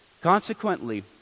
Consequently